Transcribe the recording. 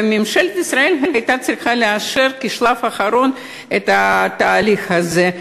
וממשלת ישראל הייתה צריכה לאשר בשלב האחרון את התהליך הזה,